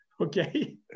okay